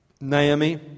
Naomi